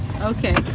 okay